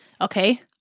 Okay